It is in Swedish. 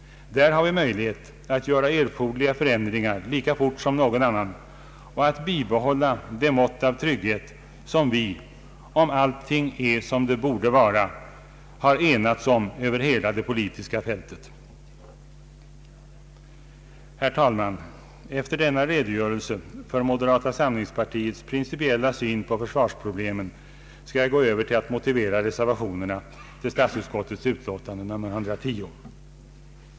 Där har vi möjlighet att göra erforderliga förändringar lika fort som någon annan och att bibehålla det mått av trygghet som vi — om allting är som det borde vara — har enats om över hela det politiska fältet. Herr talman! Efter denna redogörelse för moderata samlingspartiets principiella syn på försvarsproblemen skall jag gå över till att motivera våra reservationer till statsutskottets utlåtande nr 110.